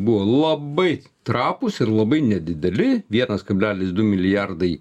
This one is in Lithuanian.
buvo labai trapūs ir labai nedideli vienas kablelis du milijardai